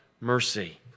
mercy